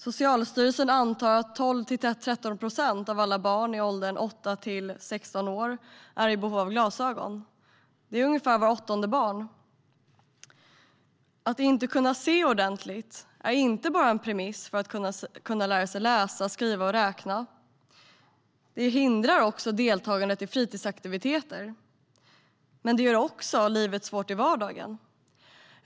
Socialstyrelsen antar att 12-13 procent av alla barn i åldern 8-16 år är i behov av glasögon. Det är ungefär vart åttonde barn. Att inte kunna se ordentligt är inte bara ett hinder för att lära sig läsa, skriva och räkna. Det hindrar också deltagandet i fritidsaktiviteter och gör livet svårt i vardagen.